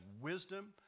wisdom